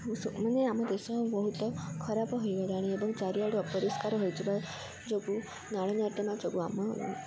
ମାନେ ଆମ ଦେଶ ବହୁତ ଖରାପ ହେଇଗଲାଣି ଏବଂ ଚାରିଆଡ଼େ ଅପରିଷ୍କାର ହୋଇଥିବା ଯୋଗୁଁ ନାଳନର୍ଦ୍ଦମା ଯୋଗୁଁ ଆମ